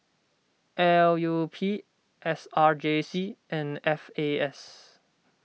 L U P S R J C and F A S